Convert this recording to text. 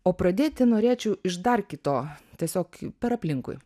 o pradėti norėčiau iš dar kito tiesiog per aplinkui